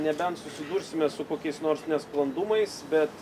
nebent susidursime su kokiais nors nesklandumais bet